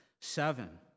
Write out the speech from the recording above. seven